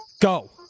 Go